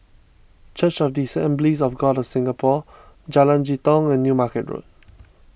Church of the Assemblies of God of Singapore Jalan Jitong and New Market Road